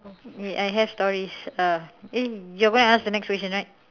ya I have stories uh you're going to ask the next question right